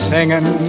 Singing